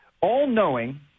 all-knowing